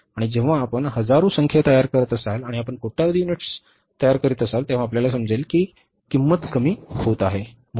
आणि जेव्हा आपण हजारो संख्या तयार करत असाल आणि आपण कोट्यावधी युनिट्स तयार करीत असाल तेव्हा आपल्याला समजेल की किंमत कमी होत आहे